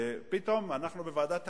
שפתאום, אנחנו בוועדת הכספים,